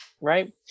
right